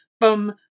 Boom